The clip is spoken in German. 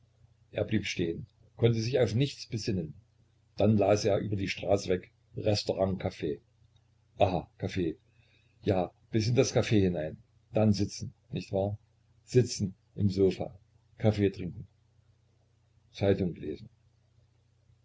er blieb stehen konnte sich auf nichts besinnen dann las er über die straße weg restaurant caf aha caf ja bis in das caf hinein dann sitzen nicht wahr sitzen im sofa caf trinken zeitungen lesen